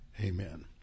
amen